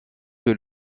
que